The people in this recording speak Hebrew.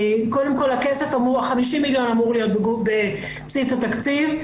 קודם כל ה-50 מיליון אמור להיות בבסיס התקציב.